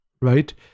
right